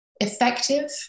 effective